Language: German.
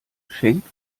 schenkt